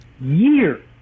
year